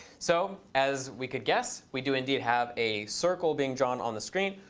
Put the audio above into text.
so as we could guess, we do indeed have a circle being drawn on the screen.